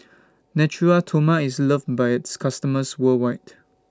Natura Stoma IS loved By its customers worldwide